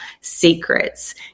secrets